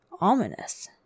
ominous